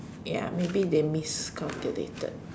ya maybe they miscalculated